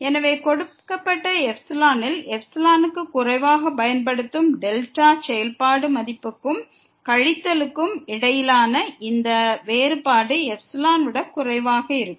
எனவே கொடுக்கப்பட்ட ε ல் ε க்கு குறைவாகப் பயன்படுத்தும் செயல்பாடு மதிப்புக்கும் கழித்தலுக்கும் இடையிலான இந்த வேறுபாடு εஐ விட குறைவாக இருக்கும்